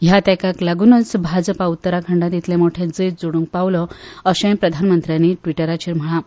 ह्या तेंक्याक लागुनूच भाजपा उत्तराखंडांत इतलें मोटें जैत जोडूंक पावलो अशें प्रधानमंत्र्यांनी ट्विटराचेर महणलां